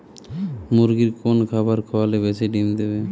মুরগির কোন খাবার খাওয়ালে বেশি ডিম দেবে?